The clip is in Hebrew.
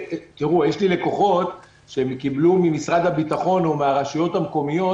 יש לי לקוחות שקיבלו ממשרד הביטחון או מהרשויות המקומיות